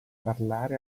parlare